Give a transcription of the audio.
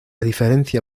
diferencia